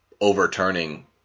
overturning